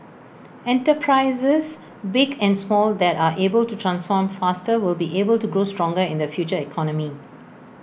enterprises big and small that are able to transform faster will be able to grow stronger in the future economy